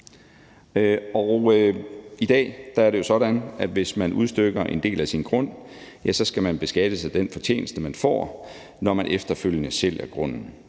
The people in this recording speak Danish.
I dag er det jo sådan, at hvis man udstykker en del af sin grund, skal man beskattes af den fortjeneste, man får, når man efterfølgende sælger grunden,